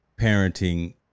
parenting